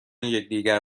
یکدیگر